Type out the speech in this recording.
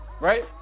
right